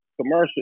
commercial